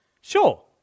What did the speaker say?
Sure